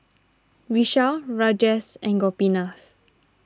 Vishal Rajesh and Gopinath